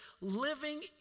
living